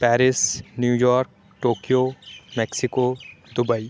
Paris New York Tokyo Mexico Dubai